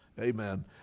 Amen